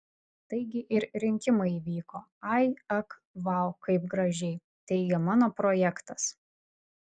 taigi ir rinkimai įvyko ai ak vau kaip gražiai teigia mano projektas